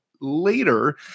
later